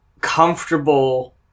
comfortable